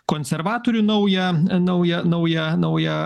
konservatorių naują naują naują naują